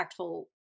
impactful